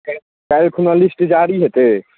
कहिऔ काल्हि खुना लिस्ट जारी हेतै